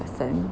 person